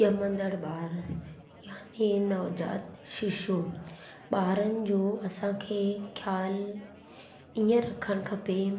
ॼमंदड़ ॿार यानी नवजात शिशु ॿारनि जो असांखे ख़यालु ईअं रखणु खपे